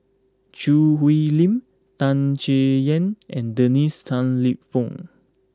Choo Hwee Lim Tan Chay Yan and Dennis Tan Lip Fong